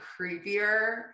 creepier